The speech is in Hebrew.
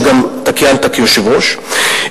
שאתה גם כיהנת כיושב-ראש,